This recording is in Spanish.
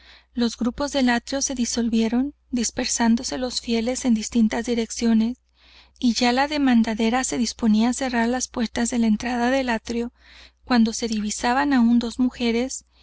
los grupos del átrio se disolvieron dispersándose los fieles en distintas direcciones y ya la demandadera se disponía á cerrar las puertas de la entrada del átrio cuando se divisaban aún dos mujeres